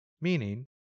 meaning